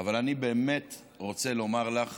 אבל אני באמת רוצה לומר לך